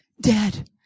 dead